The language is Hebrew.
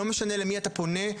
לא משנה למי אתה פונה,